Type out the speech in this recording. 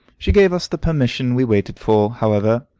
she gave us the permission we waited for, however.